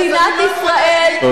את גורמת לי להתבייש במדינת ישראל.